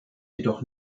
jedoch